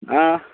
ହଁ